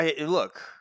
Look